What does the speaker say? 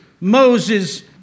Moses